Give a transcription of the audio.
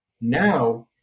now